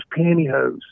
pantyhose